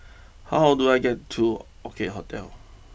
how do I get to Orchid Hotel